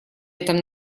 этом